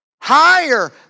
Higher